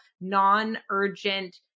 non-urgent